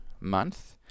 month